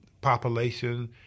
population